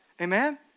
Amen